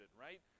right